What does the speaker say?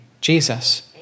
Jesus